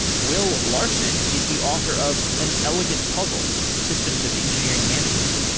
will larson is the author of an elegant puzzle systems of engineering management.